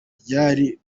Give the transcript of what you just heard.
bwari